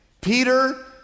Peter